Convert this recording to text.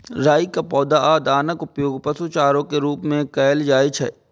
राइ के पौधा आ दानाक उपयोग पशु चारा के रूप मे कैल जाइ छै